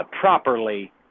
properly